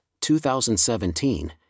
2017